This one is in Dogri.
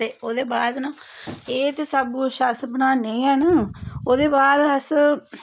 ते उदे बाद च ना एह् ते सब कुछ अस बनने के आं ओह्दे बाद अस